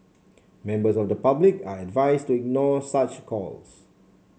members of the public are advised to ignore such calls